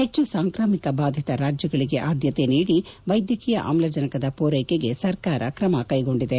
ಹೆಚ್ಚು ಸಾಂಕ್ರಾಮಿಕ ಬಾಧಿತ ರಾಜ್ಯಗಳಿಗೆ ಆದ್ಯತೆ ನೀಡಿ ವೈದ್ಯಕೀಯ ಆಮ್ಲಜನಕದ ಪೂರೈಕೆಗೆ ಸರ್ಕಾರ ಕ್ರಮ ಕೈಗೊಂಡಿದೆ